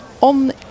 on